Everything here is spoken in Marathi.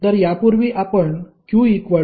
तर यापूर्वी आपण qCv पाहिले